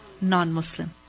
non-Muslim